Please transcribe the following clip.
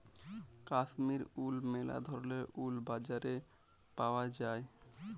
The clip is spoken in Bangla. কাশ্মীর উল ম্যালা ধরলের উল বাজারে পাউয়া যায়